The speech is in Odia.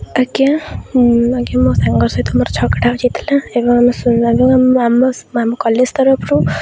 ଆଜ୍ଞା ଆଜ୍ଞା ମୋ ସାଙ୍ଗ ସହିତ ମୋର ଝଗଡ଼ା ହୋଇଯାଇଥିଲା ଏବଂ ଆମ ଆମ କଲେଜ୍ ତରଫରୁ